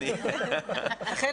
לכן